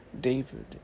David